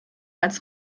als